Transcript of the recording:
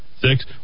six